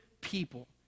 people